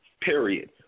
period